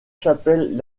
chapelles